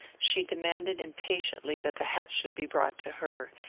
she demanded impatiently that the hat should be brought to her,